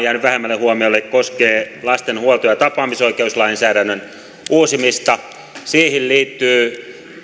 jäänyt vähemmälle huomiolle koskee lasten huolto ja tapaamisoikeuslainsäädännön uusimista siihen liittyy